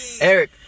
Eric